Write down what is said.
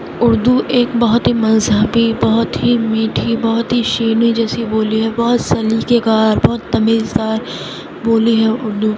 اردو ایک بہت ہی مذہبی بہت ہی میٹھی بہت ہی شیرینی جیسی بولی ہے بہت سلیقے کار بہت تمیزدار بولی ہے اردو